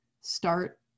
start